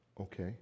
okay